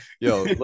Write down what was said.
yo